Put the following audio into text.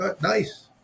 Nice